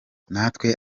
natwe